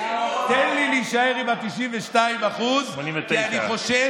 תן לי להישאר עם ה-92% 89. כי אני חושש